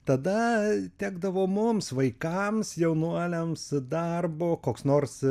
tada tekdavo mums vaikams jaunuoliams darbo koks nors